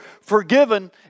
forgiven